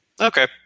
Okay